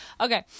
okay